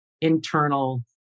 internal